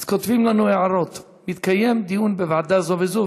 אז כותבים לנו הערות: יתקיים דיון בוועדה זו וזו,